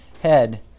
head